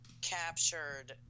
captured